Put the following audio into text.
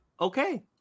Okay